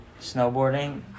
snowboarding